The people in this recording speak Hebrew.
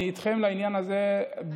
אני איתכם בעניין הזה,